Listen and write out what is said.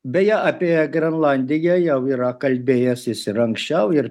beje apie grenlandiją jau yra kalbėjęs jis ir anksčiau ir